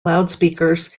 loudspeakers